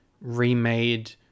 remade